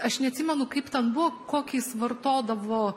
aš neatsimenu kaip ten buvo kokį jis vartodavo